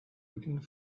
looking